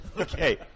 Okay